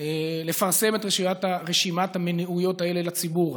לפרסם את רשימת המניעויות האלה לציבור?